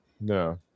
No